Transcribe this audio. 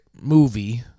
movie